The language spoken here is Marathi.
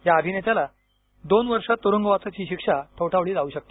या अभिनेत्याला दोन वर्ष तुरुंगवासाची शिक्षा ठोठावली जाऊ शकते